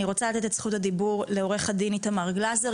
אני רוצה לתת את זכות הדיבור לעורך הדין איתמר גלזר.